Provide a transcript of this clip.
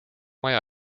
maja